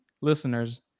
listeners